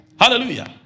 Hallelujah